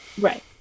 right